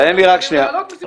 אי אפשר להעלות מסיבות אחרות.